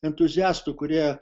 entuziastų kurie